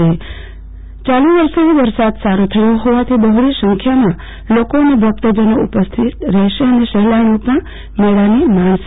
યાલુ વર્ષે વરસાદ સારો થયો હોવાથી બહોળી સંખ્યામાં લોકો અને ભક્તજનો ઉપસ્થિત રહેશે તેમજ સહેલાણીઓ મેળાને માણશે